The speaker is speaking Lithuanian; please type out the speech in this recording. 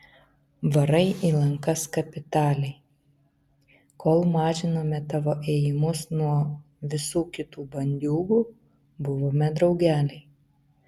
varai į lankas kapitaliai kol mažinome tavo ėjimus nuo visų kitų bandiūgų buvome draugeliai